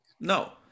No